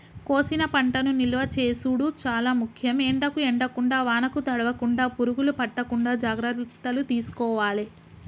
కోసిన పంటను నిలువ చేసుడు చాల ముఖ్యం, ఎండకు ఎండకుండా వానకు తడవకుండ, పురుగులు పట్టకుండా జాగ్రత్తలు తీసుకోవాలె